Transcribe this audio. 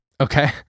Okay